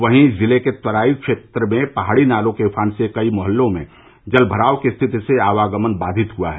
वहीं जिले के तराई क्षेत्र में पहाड़ी नालों के उफान से कई मोहल्लों में जलभराव की स्थिति से आवागमन बाधित हुआ है